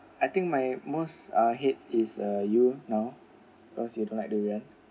I think my most uh hate is uh you now because you don't like durian